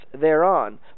thereon